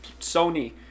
Sony